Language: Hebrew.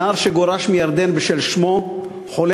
דווח על נער שגורש מירדן בשל שמו החולם